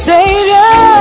Savior